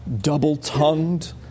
double-tongued